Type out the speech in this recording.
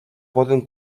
poden